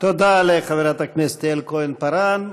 תודה לחברת הכנסת יעל כהן-פארן.